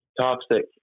toxic